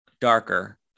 darker